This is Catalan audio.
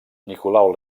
nicolau